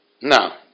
Now